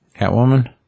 Catwoman